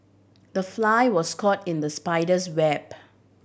the fly was caught in the spider's web